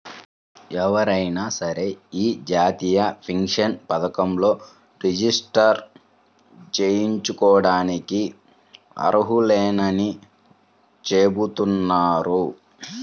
ఎవరైనా సరే యీ జాతీయ పెన్షన్ పథకంలో రిజిస్టర్ జేసుకోడానికి అర్హులేనని చెబుతున్నారు